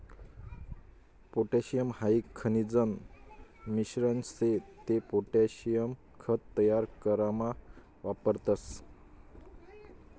potassium हाई खनिजन मिश्रण शे ते पोटॅशियम खत तयार करामा वापरतस